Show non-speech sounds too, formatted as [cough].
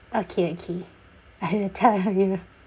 okay okay I will tell you [laughs]